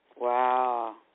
Wow